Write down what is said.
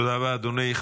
תודה רבה, אדוני.